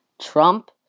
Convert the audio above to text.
Trump